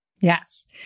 Yes